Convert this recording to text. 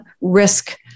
risk